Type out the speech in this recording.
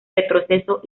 retroceso